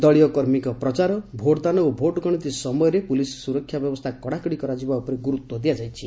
ଦଳୀୟ କର୍ମୀଙ୍କ ପ୍ରଚାର ଭୋଟ୍ଦାନ ଓ ଭୋଟ୍ଗଣତି ସମୟରେ ପୁଲିସ୍ ସୁରକ୍ଷା ବ୍ୟବସ୍ରା କଡ଼ାକଡ଼ି କରାଯିବା ଉପରେ ଗୁରୁତ୍ୱ ଦିଆଯାଇଛି